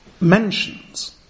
mentions